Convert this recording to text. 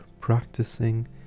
practicing